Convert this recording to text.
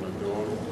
הוא נדון.